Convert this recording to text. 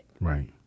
Right